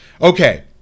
Okay